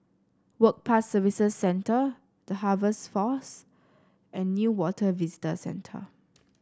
Work Pass Services Centre The Harvest Force and Newater Visitor Centre